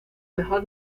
mejor